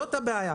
זאת הבעיה.